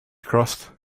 crossed